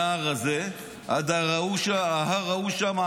מההר הזה עד ההר ההוא שם,